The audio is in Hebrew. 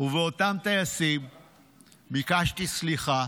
ומאותם טייסים ביקשתי סליחה,